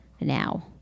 now